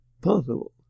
possible